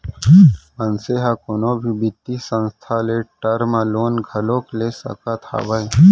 मनसे ह कोनो भी बित्तीय संस्था ले टर्म लोन घलोक ले सकत हावय